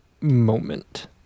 moment